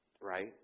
Right